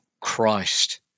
Christ